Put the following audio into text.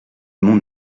mon